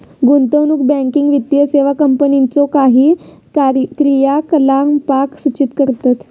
गुंतवणूक बँकिंग वित्तीय सेवा कंपनीच्यो काही क्रियाकलापांक सूचित करतत